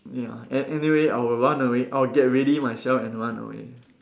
ya an~ anyway I will run away I'll get ready myself and run away